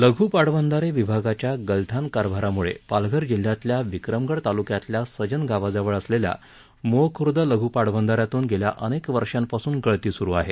लघ्र पाटबंधारे विभागाच्या गलथान कारभारामुळे पालघर जिल्ह्यातल्या विक्रमगड तालुक्यातल्या सजन गावाजवळ असलेल्या मोहखुर्द लघु पाटबंधाऱ्यातून गेल्या अनेक वर्षापासून गळती सुरू आहे